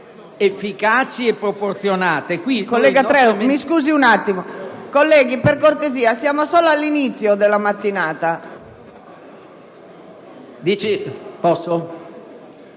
efficaci e proporzionate.